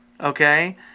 Okay